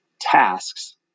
tasks